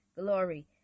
glory